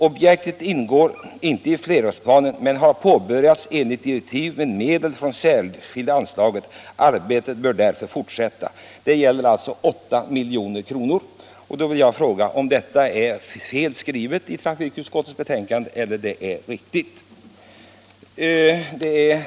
Objektet ingår inte i flerårsplanen men har påbörjats enligt direktiv med medel från särskilda anslaget. Arbetet bör därför fortsätta.” Är detta felskrivet i betänkandet eller är det riktigt?